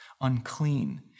unclean